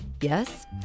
Yes